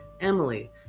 Emily